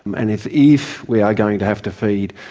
and if if we are going to have to feed,